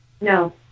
No